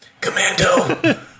commando